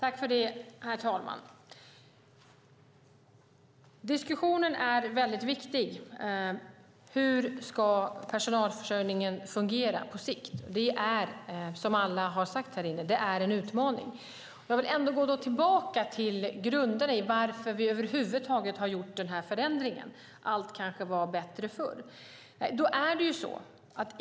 Herr talman! Diskussionen är väldigt viktig. Hur ska personalförsörjningen fungera på sikt? Det är en utmaning, som alla har sagt härinne. Jag vill gå tillbaka till grunderna för varför vi över huvud taget har gjort förändringen. Allt kanske var bättre förr.